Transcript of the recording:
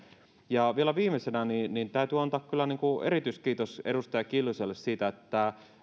ja vielä viimeisenä täytyy antaa kyllä erityiskiitos edustaja kiljuselle siitä että